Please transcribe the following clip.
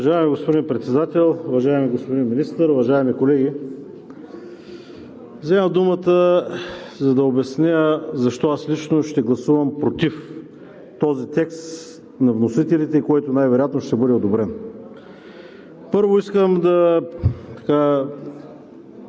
Уважаеми господин Председател, уважаеми господин Министър, уважаеми колеги! Вземам думата, за да обясня защо лично аз ще гласувам „против“ този текст на вносителите, който най-вероятно ще бъде одобрен. Първо искам да